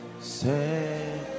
say